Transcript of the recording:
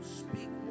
speak